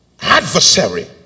Adversary